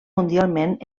mundialment